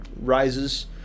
Rises